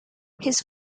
his